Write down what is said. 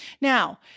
Now